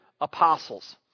apostles